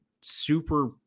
super